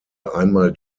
einmal